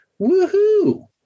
Woohoo